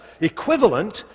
equivalent